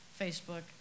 Facebook